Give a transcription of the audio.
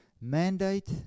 mandate